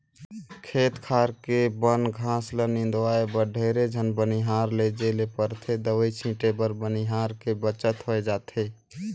खेत खार के बन घास ल निंदवाय बर ढेरे झन बनिहार लेजे ले परथे दवई छीटे बर बनिहार के बचत होय जाथे